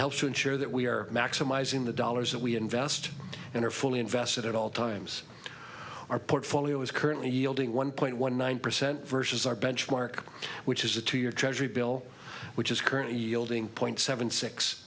helps to ensure that we are maximizing the dollars that we invest in are fully invested at all times our portfolio is currently yielding one point one nine percent versus our benchmark which is a two year treasury bill which is currently yielding point seven six